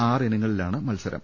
ആറിന ങ്ങളിലാണ് മത്സരം